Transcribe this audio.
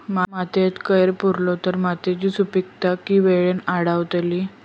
मातयेत कैर पुरलो तर मातयेची सुपीकता की वेळेन वाडतली?